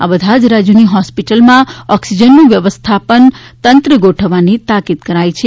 આ બધા જ રાજ્યોની હોસ્પીટલોમાં ઓક્સીજનનું વ્યવસ્થાપન તંત્ર ગોઠવવાની તાકીદ કરાઈ છે